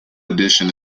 addition